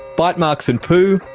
bite marks and poo,